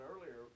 earlier